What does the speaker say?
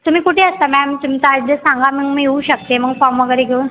तुम्ही कुठे असता मॅम तुमचा अॅड्रेस सांगा मग मी येऊ शकते मग फॉम वगैरे घेऊन